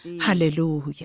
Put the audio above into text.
Hallelujah